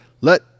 Let